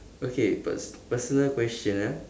okay pers~ personal question ah